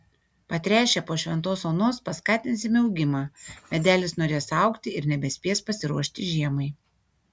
patręšę po šventos onos paskatinsime augimą medelis norės augti ir nebespės pasiruošti žiemai